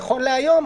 נכון להיום,